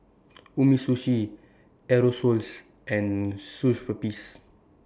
Umisushi Aerosoles and Schweppes